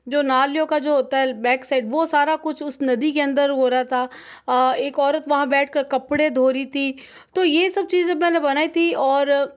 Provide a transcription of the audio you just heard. जो नालियों का जो होता है बैक साइड वह सारा कुछ उस नदी के अंदर हो रहा था एक औरत वहाँ बैठकर कपड़े धो रही थी तो यह सब चीज मैंने बनाई थी और